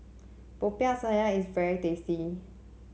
Popiah Sayur is very tasty